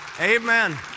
amen